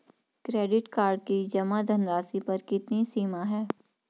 Credit card की जमा धनराशि पर कितनी सीमा है?